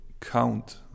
count